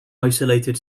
isolated